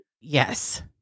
Yes